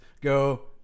go